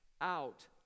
out